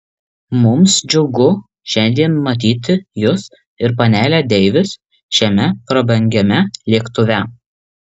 mums džiugu šiandien matyti jus ir panelę deivis šiame prabangiame lėktuve